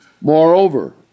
Moreover